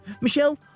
Michelle